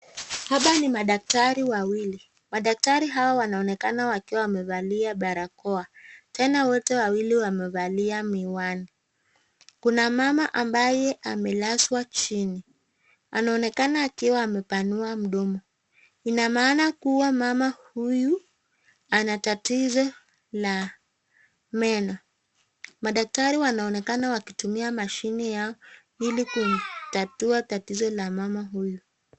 Hawa ni madaktari wawili. Madaktari hawa wanaonekana wakiwa wamevalia barakoa. Tena wote wawili wamevalia miwani. Kuna mama ambaye amelazwa chini. Anaonekana akiwa amepanua mdomo. Ina maana kuwa mama huyu ana tatizo la meno. Madaktari wanaonekana wakitumia mashine yao ili kutatua tatizo la mama huyu.